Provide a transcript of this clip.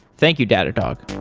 thank you, datadog